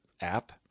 app